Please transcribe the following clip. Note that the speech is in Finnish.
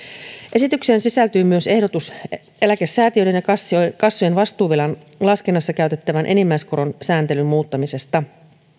esitykseen sisältyy myös ehdotus eläkesäätiöiden ja kassojen kassojen vastuuvelan laskennassa käytettävän enimmäiskoron sääntelyn muuttamisesta